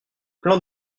plein